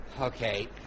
Okay